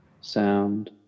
sound